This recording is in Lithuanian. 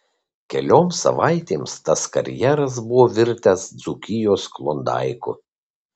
kelioms savaitėms tas karjeras buvo virtęs dzūkijos klondaiku